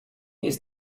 ist